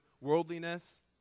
worldliness